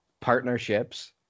partnerships